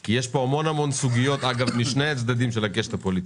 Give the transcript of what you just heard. כי יש פה המון סוגיות משני הצדדים של הקשת הפוליטית,